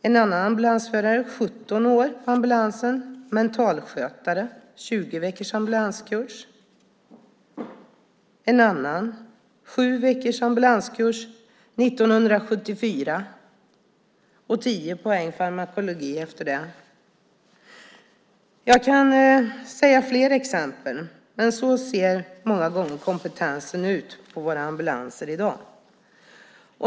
En annan ambulansförare har jobbat i 17 år på ambulansen. Han är mentalskötare och har en 20-veckors ambulanskurs. En annan har sju veckors ambulanskurs från 1974 och tio poäng i farmakologi efter det. Jag kan ta upp fler exempel. Så här ser många gånger kompetensen ut på våra ambulanser i dag.